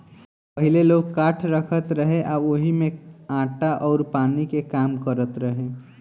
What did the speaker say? पहिले लोग काठ रखत रहे आ ओही में आटा अउर पानी के काम करत रहे